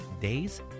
days